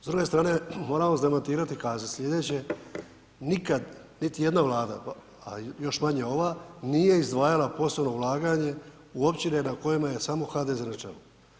S druge strane, moram vas demantirati i kazat slijedeće, nikad niti jedna Vlada, a još manje ova, nije izdvajala posebno ulaganje u općine na kojima je samo HDZ na čelu.